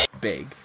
big